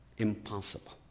Impossible